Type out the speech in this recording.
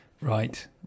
Right